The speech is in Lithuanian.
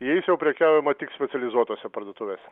jais jau prekiaujama tik specializuotose parduotuvėse